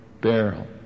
barrel